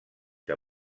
que